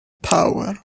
power